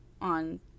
on